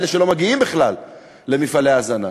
אלה שלא מגיעים בכלל למפעלי ההזנה.